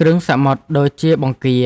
គ្រឿងសមុទ្រដូចជាបង្គា